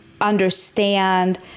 understand